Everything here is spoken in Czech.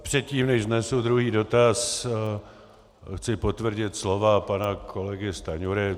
Předtím, než vznesu druhý dotaz, chci potvrdit slova pana kolegy Stanjury.